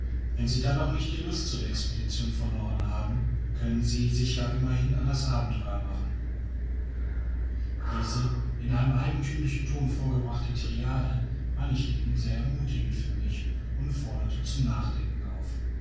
wenn sie dann noch nicht die lust zu der expedition verloren haben können sie sich ja immerhin an das abenteuer machen diese in einem eigenthümlichen ton vorgebrachte tirade war nicht eben sehr ermuthigend für mich und forderte zum nachdenken auf